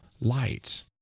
light